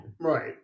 Right